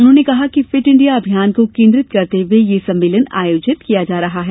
उन्होंने कहा कि फिट इंडिया अभियान को केन्द्रित करते हुये यह सम्मेलन आयोजित किया जा रहा है